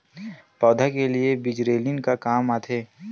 पौधा के लिए जिबरेलीन का काम आथे?